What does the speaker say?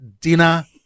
dinner